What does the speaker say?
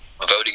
voting